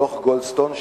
דוח-גולדסטון,